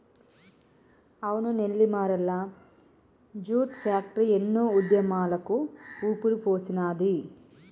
అవును Nellimarla jute factory ఎన్నో ఉద్యమాలకు ఊపిరిపోసినాది